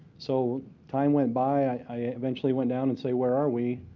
so time went by, i eventually went down and say, where are we?